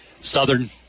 Southern